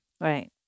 Right